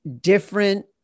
different